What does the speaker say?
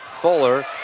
Fuller